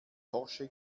porsche